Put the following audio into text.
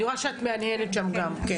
אני רואה שאת מהנהנת שם גם.